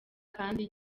kandi